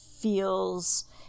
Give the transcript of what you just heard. feels